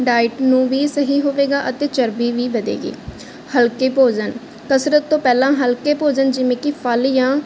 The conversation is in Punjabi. ਡਾਇਟ ਨੂੰ ਵੀ ਸਹੀ ਹੋਵੇਗਾ ਅਤੇ ਚਰਬੀ ਵੀ ਵਧੇਗੀ ਹਲਕੇ ਭੋਜਨ ਕਸਰਤ ਤੋਂ ਪਹਿਲਾਂ ਹਲਕੇ ਭੋਜਨ ਜਿਵੇਂ ਕਿ ਫਲ ਜਾਂ